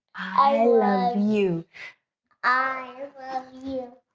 i love you i love you,